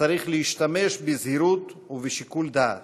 צריך להשתמש בזהירות ובשיקול דעת.